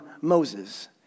Moses